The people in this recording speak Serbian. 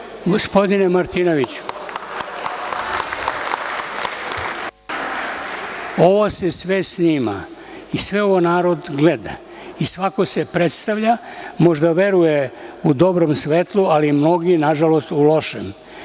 Gospodine Martinoviću, ovo se sve snima i sve ovo narod gleda i svako se predstavlja, možda veruje u dobrom svetlu, ali mnogi na žalost u lošem.